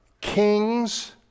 Kings